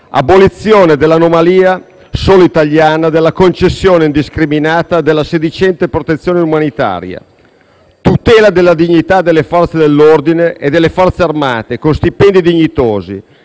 abolizione dell'anomalia solo italiana della concessione indiscriminata della sedicente protezione umanitaria, tutela della dignità delle Forze dell'ordine e delle Forze armate con stipendi dignitosi,